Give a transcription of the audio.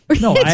No